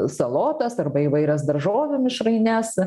salotas arba įvairias daržovių mišraines